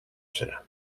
serà